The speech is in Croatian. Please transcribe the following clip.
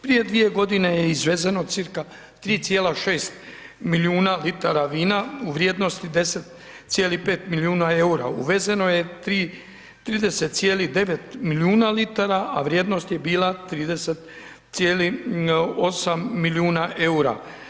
Prije dvije godine je izvezeno cirka 3,6 milijuna litara vina u vrijednosti 10,5 milijuna EUR-a, uvezeno je 30,9 milijuna litara, a vrijednost je bila 30,8 milijuna EUR-a.